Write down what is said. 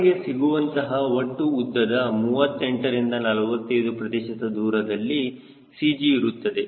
ನಮಗೆ ಸಿಗುವಂತಹ ಒಟ್ಟು ಉದ್ದದ 38ರಿಂದ 45 ಪ್ರತಿಶತ ದೂರದಲ್ಲಿ CG ಇರುತ್ತದೆ